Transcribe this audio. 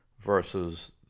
versus